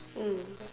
mm